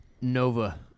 Nova